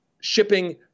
shipping